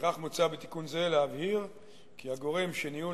לפיכך מוצע בתיקון זה להבהיר כי הגורם שניהול